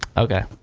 okay.